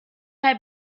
had